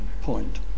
point